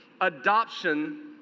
adoption